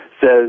says